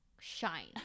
shine